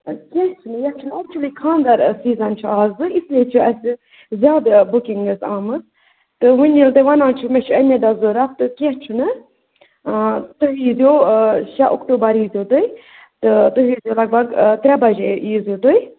اَدٕ کیٚنہہ چھُنہٕ یَتھ چھُنہٕ اٮ۪کچٕوٕلی خانٛدَر سیٖزَن چھُ آزٕ اس لیے چھِ اَسہِ زیادٕ بُکِنٛگ حظ آمٕژ تہٕ ؤنۍ ییٚلہِ تُہۍ وَنان چھُو مےٚ چھِ اَمی دۄہ ضوٚرَتھ تہٕ کیٚنہہ چھُنہٕ تُہۍ ییٖزیو شےٚ اکٹوٗبَر ییٖزیو تُہۍ تہٕ تُہۍ ہٮ۪کِو لگ بگ ترٛےٚ بَجے ییٖزیو تُہۍ